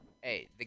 Hey